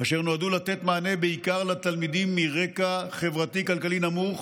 אשר נועדו לתת מענה בעיקר לתלמידים מרקע חברתי-כלכלי נמוך